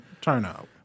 turnout